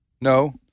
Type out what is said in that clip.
No